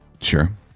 Sure